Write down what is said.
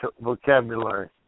vocabulary